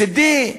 מצדי,